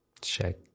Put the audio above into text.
check